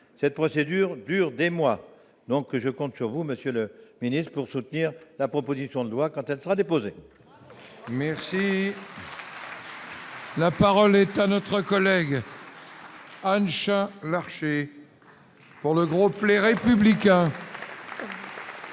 cette procédure dure des mois, donc je compte sur vous Monsieur le Ministre, pour soutenir la proposition de loi quand elle sera déposée. La parole est à notre collègue a une marcher pour le groupe, les républicains.